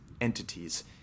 entities